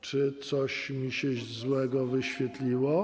Czy coś mi się złego wyświetliło?